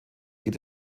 geht